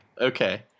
Okay